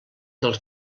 dels